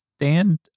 stand